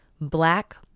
black